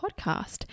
podcast